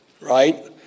right